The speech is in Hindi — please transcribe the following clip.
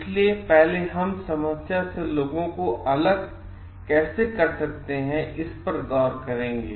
इसलिए पहले हम समस्या से लोगों को अलग यह कैसे किया जा सकता है इस पर गौर करेंगे